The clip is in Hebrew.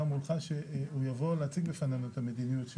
מולך שהוא יבוא להציג בפנינו את המדיניות,